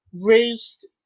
raised